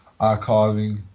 archiving